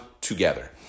together